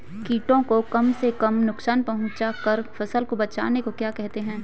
कीटों को कम से कम नुकसान पहुंचा कर फसल को बचाने को क्या कहते हैं?